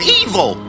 evil